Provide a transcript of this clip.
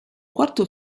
quarto